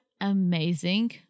amazing